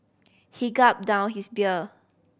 he gulped down his beer